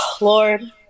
lord